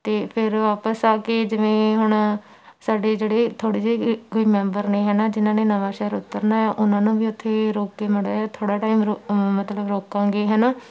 ਅਤੇ ਫਿਰ ਵਾਪਸ ਆ ਕੇ ਜਿਵੇਂ ਹੁਣ ਸਾਡੇ ਜਿਹੜੇ ਥੋੜ੍ਹੇ ਜਿਹੇ ਕੋਈ ਮੈਂਬਰ ਨੇ ਹੈ ਨਾ ਜਿਨ੍ਹਾਂ ਨੇ ਨਵਾਂ ਸ਼ਹਿਰ ਉਤਰਨਾ ਉਹਨਾਂ ਨੂੰ ਵੀ ਉੱਥੇ ਰੋਕ ਕੇ ਮਾੜਾ ਜਿਹਾ ਥੋੜ੍ਹਾ ਟਾਈਮ ਰੋ ਮਤਲਬ ਰੋਕਾਂਗੇ ਹੈ ਨਾ